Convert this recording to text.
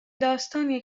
داستانیه